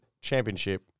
Championship